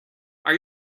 are